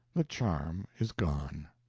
the charm is gone.